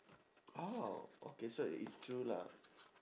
oh okay so it is true lah